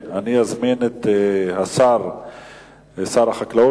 אני קובע שהצעת חוק הרעייה,